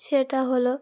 সেটা হলো